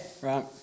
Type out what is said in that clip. Right